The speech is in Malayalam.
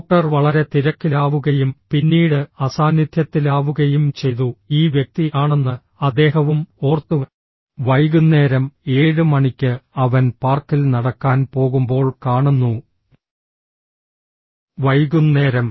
ഡോക്ടർ വളരെ തിരക്കിലാവുകയും പിന്നീട് അസാന്നിധ്യത്തിലാവുകയും ചെയ്തു ഈ വ്യക്തി ആണെന്ന് അദ്ദേഹവും ഓർത്തു വൈകുന്നേരം 7 മണിക്ക് അവൻ പാർക്കിൽ നടക്കാൻ പോകുമ്പോൾ കാണുന്നു വൈകുന്നേരം